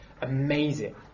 amazing